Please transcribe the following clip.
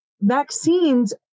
vaccines